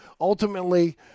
ultimately